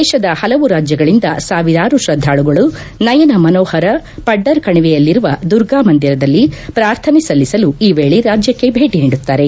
ದೇಶದ ಪಲವು ರಾಜ್ಞಗಳಿಂದ ಸಾವಿರಾರು ಶ್ರದ್ದಾಳುಗಳು ನಯನ ಮನೋಹರ ಪಡ್ಡರ್ ಕಣಿವೆಯಲ್ಲಿರುವ ದುರ್ಗ್ ಮಂದಿರದಲ್ಲಿ ಪ್ರಾರ್ಥನೆ ಸಲ್ಲಿಸಲು ಈ ವೇಳೆ ರಾಜ್ಲಕ್ಷೆ ಭೇಟಿ ನೀಡುತ್ತಾರೆ